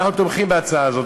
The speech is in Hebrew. ואנחנו תומכים בהצעה הזאת,